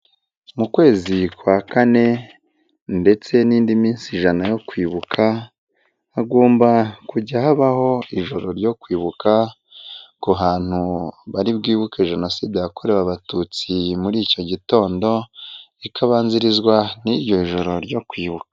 Mu kwezi kwa kane ndetse n'indi minsi ijana yo kwibuka hagomba kujya habaho ijoro ryo kwibuka ku hantu bari bwibuke jenoside yakorewe abatutsi muri icyo gitondo ikabanzirizwa n'iryo joro ryo kwibuka.